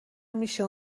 میشه